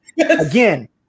again